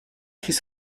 his